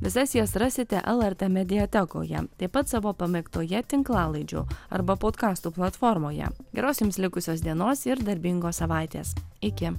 visas jas rasite lrt mediatekoje taip pat savo pamėgtoje tinklalaidžių arba potkastų platformoje geros jums likusios dienos ir darbingos savaitės iki